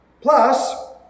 Plus